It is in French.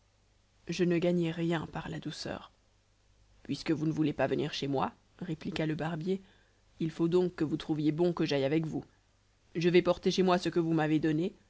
je ne gagnai rien par la douceur puisque vous ne voulez pas venir chez moi répliqua le barbier il faut donc que vous trouviez bon que j'aille avec vous je vais porter chez moi ce que vous m'avez donné